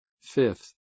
Fifth